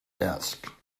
ask